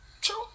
True